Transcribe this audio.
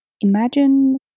Imagine